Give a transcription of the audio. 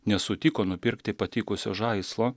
nesutiko nupirkti patikusio žaislo